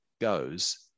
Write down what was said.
goes